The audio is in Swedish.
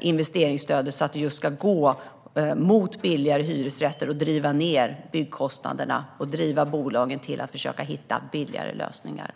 investeringsstödet, så att det ska gå just till byggande av billigare hyresrätter, driva ned byggkostnaderna och driva bolagen till att försöka hitta billigare lösningar.